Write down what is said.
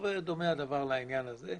דומה הדבר לעניין הזה.